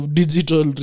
digital